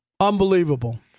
Unbelievable